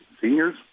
seniors